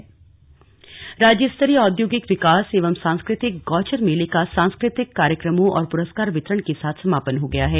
slug Gauchar मेला राज्यस्तरीय औद्योगिक विकास एवं सांस्कृतिक गौचर मेले का सांस्कृतिक कार्यक्रमों और पुरस्कार वितरण के साथ समापन हो गया है